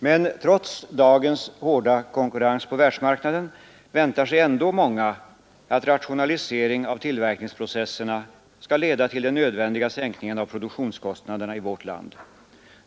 Men trots dagens hårda konkurrens på världsmarknaden väntar sig ändå många att rationalisering av tillverkningsprocesserna skall leda till den nödvändiga sänkningen av produktionskostnaderna i vårt land.